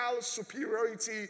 superiority